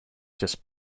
just